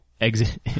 exit